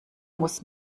muss